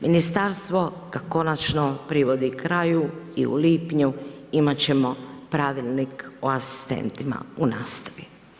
Ministarstvo ga konačno privodi kraju i u lipnju imat ćemo Pravilnik o asistentima u nastavi.